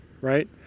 right